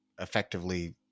effectively